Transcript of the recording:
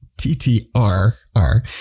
T-T-R-R